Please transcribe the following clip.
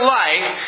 life